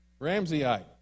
Ramseyite